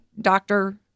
doctor